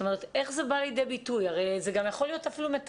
את תהיי אחרונת הדוברים אלא אם כן יש עוד מישהו...